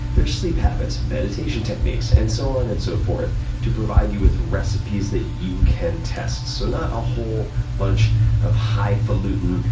their sleep habits, meditation techniques and so on and so forth to provide you with recipes that you can test. so not a whole bunch of highfalutin,